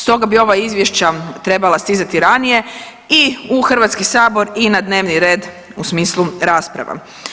Stoga bi ova izvješća trebala stizati ranije i u HS i na dnevni red u smislu rasprava.